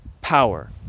power